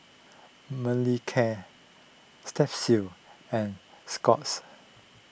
Manicare Strepsils and Scott's